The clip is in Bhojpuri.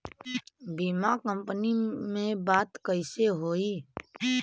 बीमा कंपनी में बात कइसे होई?